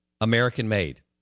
american-made